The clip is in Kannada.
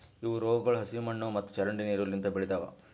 ಇವು ರೋಗಗೊಳ್ ಹಸಿ ಮಣ್ಣು ಮತ್ತ ಚರಂಡಿ ನೀರು ಲಿಂತ್ ಬೆಳಿತಾವ್